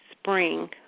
Spring